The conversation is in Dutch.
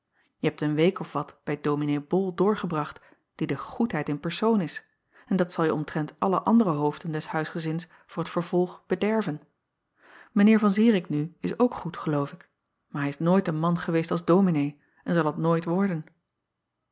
e hebt een week of wat bij ominee ol doorgebracht die de goedheid in persoon is en dat zal je omtrent alle andere hoofden des huisgezins voor t vervolg bederven acob van ennep laasje evenster delen mijn eer an irik nu is ook goed geloof ik maar hij is nooit een man geweest als ominee en zal het nooit worden